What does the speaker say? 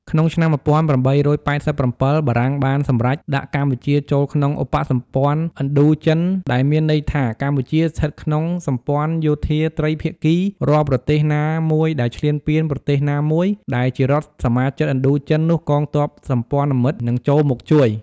ក្នុងឆ្នាំ ១៨៨៧ បារាំងបានសំរេចដាក់កម្ពុជាចូលក្នុងឧបសម្ព័នឥណ្ឌូចិនដែលមានន័យថា កម្ពុជាស្ថិតក្នុងសម្ព័នយោធាត្រីភាគី រាល់ប្រទេសណាមួយដែលឈ្លានពាន ប្រទេសណាមួយដែលជារដ្ឋសមាជិកឥណ្ឌូចិន នោះកងទ័ពសម្ព័នមិត្តនិងចូលមកជួយ។